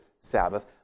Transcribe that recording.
Sabbath